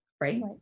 Right